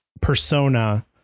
persona